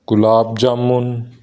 gulab jamun